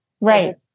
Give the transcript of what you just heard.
Right